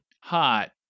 hot